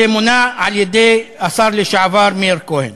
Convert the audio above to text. שמונה על-ידי השר לשעבר מאיר כהן.